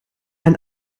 ein